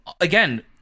Again